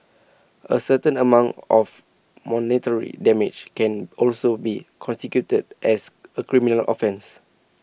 A certain amount of monetary damage can also be constituted as A criminal offence